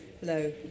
Hello